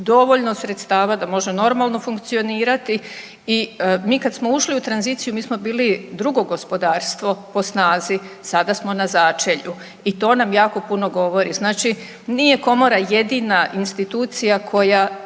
dovoljno sredstava da može normalno funkcionirati. I mi kad smo ušli u tranziciju mi smo bili drugo gospodarstvo po snazi. Sada smo na začelju i to nam jako puno govori. Znači, nije Komora jedina institucija koja